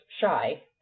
shy